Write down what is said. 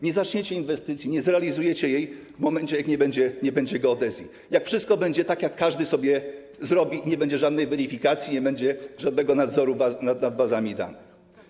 Nie zaczniecie inwestycji, nie zrealizujecie jej, w momencie gdy nie będzie geodezji, gdy wszystko będzie tak, jak każdy sobie zrobi, nie będzie żadnej weryfikacji, nie będzie żadnego nadzoru nad bazami danych.